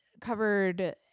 covered